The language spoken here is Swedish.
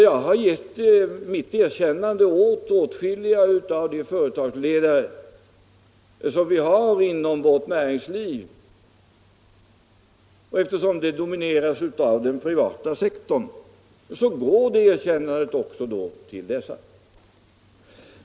Jag har givit mitt erkännande åt åtskilliga företagsledare inom vårt näringsliv, och eftersom det domineras av den privata sektorn går det erkännandet då också till ledare för privata företag.